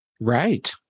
Right